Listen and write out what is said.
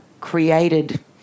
created